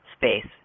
space